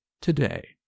today